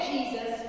Jesus